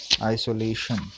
isolation